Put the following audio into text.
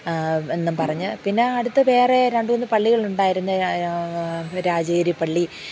എന്നു പറഞ്ഞു പിന്നെ അടുത്ത വേറെ രണ്ടു മൂന്ന് പള്ളികളുണ്ടായിരുന്ന രാജേരി പള്ളി